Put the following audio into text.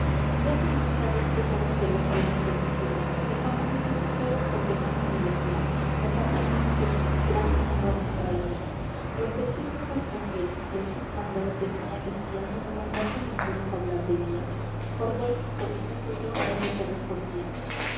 ya señor sabéis que somos de los buenos de castilla dejamos nuesas mujeres porque no nos merecían casar con fijas del cid gran deshonra nos traía los del cid no respondieron que el cid mandado tenía que si él no lo mandase ninguno fablar debía ordoño sobrino suyo era el que respondía